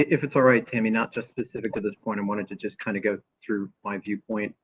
if it's all right, tammy, not just specific to this point and wanted to just kind of go through my viewpoint,